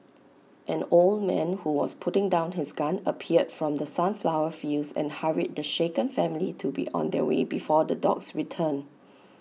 an old man who was putting down his gun appeared from the sunflower fields and hurried the shaken family to be on their way before the dogs return